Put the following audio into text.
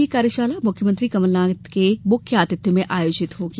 यह कार्यशाला मुख्यमंत्री कमलनाथ के मुख्य आतिथ्य में आयोजित की जायेगी